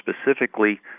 specifically